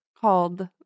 called